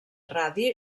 radi